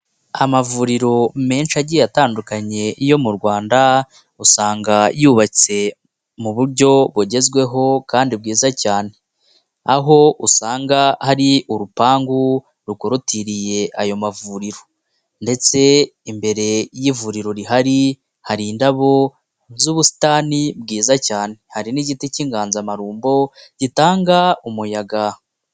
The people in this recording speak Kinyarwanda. Amavuriro menshi agiye atandukanye yo mu Rwanda, usanga yubatse mu buryo bugezweho kandi bwiza cyane, aho usanga hari urupangu rukorotiriye ayo mavuriro ndetse imbere y'ivuriro rihari, hari indabo z'ubusitani bwiza cyane. Hari n'igiti cy'inganzamarumbo gitanga umuyaga.